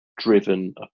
driven